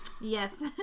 Yes